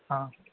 हा